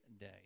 day